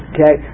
Okay